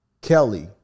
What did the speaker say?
Kelly